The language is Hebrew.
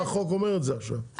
החוק אומר את זה עכשיו,